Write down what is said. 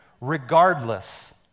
regardless